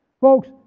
Folks